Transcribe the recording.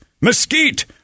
mesquite